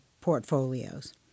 portfolios